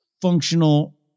functional